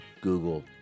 Google